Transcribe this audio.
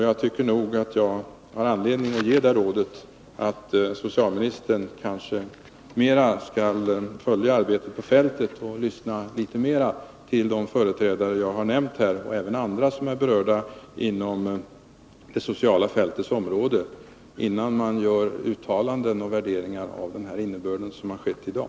Jag tycker nog att jag har anledning att ge socialministern det rådet, att hon kanske mera skall följa arbetet på fältet och lyssna till de företrädare jag har nämnt och även till andra inom det sociala fältet, innan hon gör uttalanden och värderingar av den innebörd som redovisats i dag.